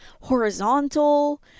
horizontal